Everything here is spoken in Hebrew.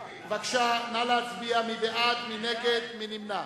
בבקשה, נא להצביע מי בעד, מי נגד, מי נמנע.